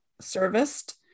serviced